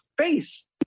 face